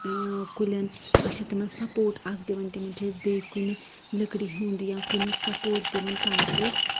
کُلٮ۪ن أسۍ چھِ تِمَن سپوٹ اَکھ دِوان تِمَن چھِ أسۍ بیٚیہِ کُنہِ لٔکرِ ہیُٚنٛد یا کُنیُٚک سپوٹ دِوان تاکہ